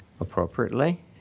appropriately